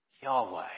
Yahweh